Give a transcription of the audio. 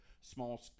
small